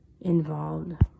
involved